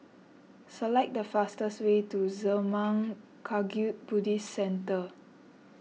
select the fastest way to Zurmang Kagyud Buddhist Centre